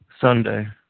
Sunday